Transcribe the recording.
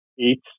eight